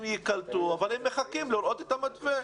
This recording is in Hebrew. ייקלטו אבל הם מחכים לראות את המתווה.